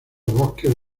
bosques